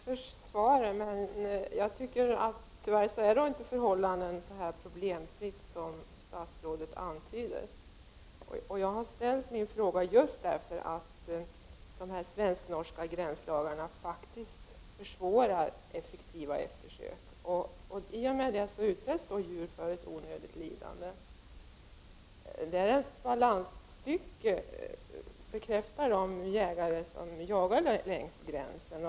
Herr talman! Tack för svaret. Jag anser emellertid att förhållandena inte är så problemfria som statsrådet antyder. Jag har ställt min fråga på grund av att de svensk/norska gränslagarna faktiskt försvårar effektiva eftersök. I och med detta utsätts djur för ett onödigt lidande. De jägare som jagar längs gränsvägarna säger att det är fråga om ett balansstycke.